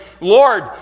Lord